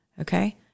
Okay